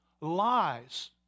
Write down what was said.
lies